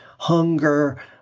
hunger